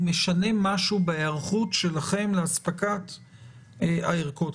משנה משהו בהיערכות שלכם לאספקת הערכות.